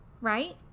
Right